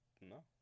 No